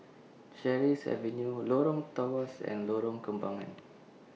Sheares Avenue Lorong Tawas and Lorong Kembangan